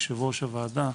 יושב-ראש הוועדה,